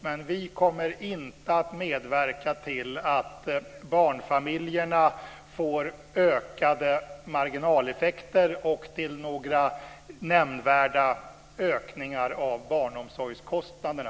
Men vi kommer inte att medverka till ökade marginaleffekter för barnfamiljerna och några nämnvärda ökningar av barnomsorgskostnaderna.